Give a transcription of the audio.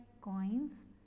coins